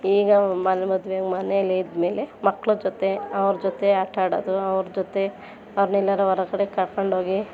ಈಗ ಮದು ಮದ್ವೆಯಾಗಿ ಮನೆಯಲ್ಲೇ ಇದ್ದಮೇಲೆ ಮಕ್ಳ ಜೊತೆ ಅವ್ರ ಜೊತೆ ಆಟಾಡೋದು ಅವ್ರ ಜೊತೆ ಅವ್ರ್ನೆಲ್ಲಾದ್ರೂ ಹೊರಗಡೆ ಕರ್ಕೊಂಡೋಗಿ